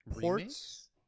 ports